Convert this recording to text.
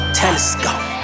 telescope